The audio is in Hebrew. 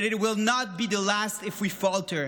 but it will not be the last if we falter.